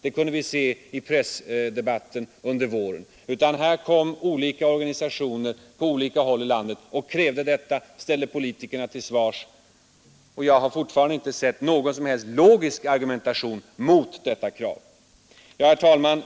Det kunde vi se i pressdebatten under våren. Här kom olika organisationer på olika håll i landet och krävde detta och ställde politikerna till svars. Jag har fortfarande inte sett någon som helst logisk argumentation mot detta krav. Herr talman!